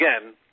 again